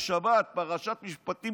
בשבת פרשת משפטים,